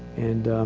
and